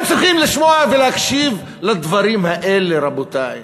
הם צריכים לשמוע ולהקשיב לדברים האלה, רבותי.